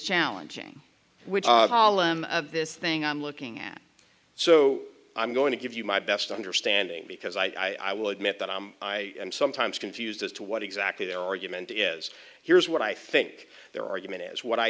challenging which of this thing i'm looking at so i'm going to give you my best understanding because i will admit that i am i am sometimes confused as to what exactly their argument is here's what i think their argument is what i